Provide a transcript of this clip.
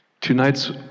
Tonight's